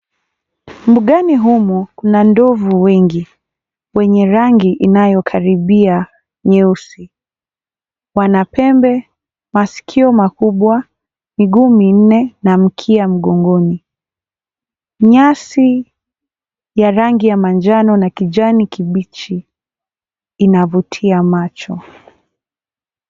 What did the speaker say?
Mbugani humu kuna ndovu wengi wenye rangi inayokaribia nyeusi. Wana pembe, masikio makubwa, miguu minne na mkia mgongoni. Nyasi ya rangi ya manjano na kijani kibichi inavutia macho.